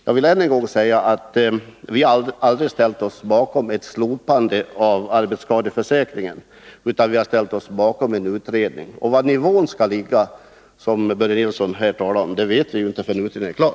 Låt mig än en gång säga att vi aldrig ställt oss bakom ett slopande av arbetsskadeförsäkringen. Vi har ställt oss bakom en utredning. Var nivån skall ligga vet vi inte förrän utredningen är klar.